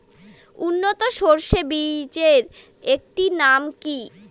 উন্নত সরষে বীজের একটি নাম কি?